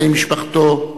בני משפחתו,